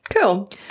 Cool